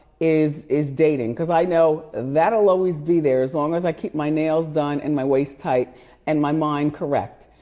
is is dating. cause i know that'll always be there as long as i keep my nails done and my waist tight and my mind correct.